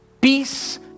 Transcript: Peace